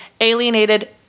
alienated